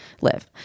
live